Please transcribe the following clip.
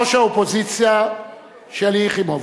ראש האופוזיציה שלי יחימוביץ.